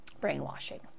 brainwashing